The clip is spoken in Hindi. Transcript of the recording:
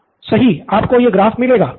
प्रो बाला सही आपको यह ग्राफ मिलेगा